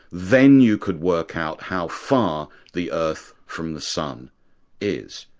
then you could work out how far the earth from the sun is,